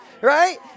Right